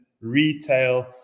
retail